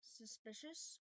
suspicious